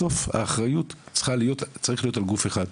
בסוף האחריות צריכה להיות על גוף אחד.